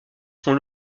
font